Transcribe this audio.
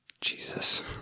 Jesus